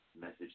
message